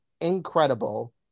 incredible